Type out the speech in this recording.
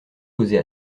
posés